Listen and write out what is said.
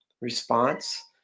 response